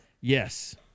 Yes